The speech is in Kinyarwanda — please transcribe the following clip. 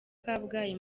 kabgayi